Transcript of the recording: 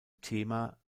thema